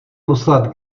poslat